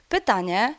Pytanie